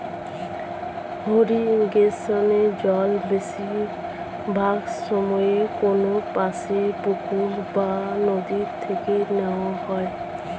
ইরিগেশনে জল বেশিরভাগ সময়ে কোনপাশের পুকুর বা নদি থেকে নেওয়া হয়